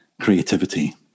creativity